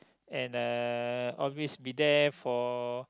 and a always be there for